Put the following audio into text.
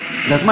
את יודעת מה?